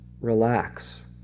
relax